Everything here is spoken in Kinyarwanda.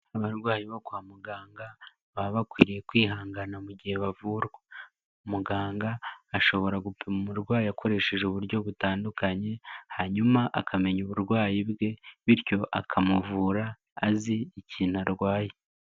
Abarwayi bo kwa muganga baba bakwiye kwihangana mu gihe bavurwa. Muganga ashobora gupima umurwayi akoresheje uburyo butandukanye, hanyuma akamenya uburwayi bwe, bityo akamuvura azi ikintu arwaye.